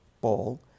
ball